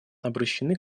обращены